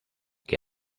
que